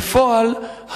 בפועל,